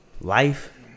life